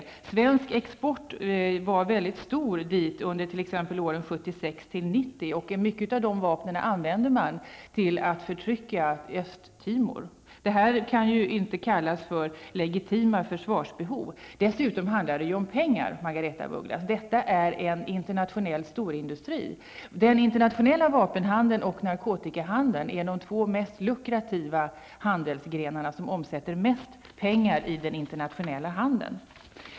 Den svenska exporten dit var mycket stor under åren 1976--1990. Många av dessa vapen använder man nu till att förtrycka Östtimor. Detta kan ju inte kallas för legitima försvarsbehov. Det handlar dessutom om pengar, Margaretha af Ugglas. Detta är en internationell storindustri. Den internationella vapenhandeln och narkotikahandeln är de två mest lukrativa handelsgrenarna och omsätter mest pengar i den internationella handeln.